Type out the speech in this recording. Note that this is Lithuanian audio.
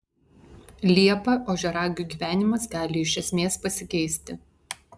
liepą ožiaragių gyvenimas gali iš esmės pasikeisti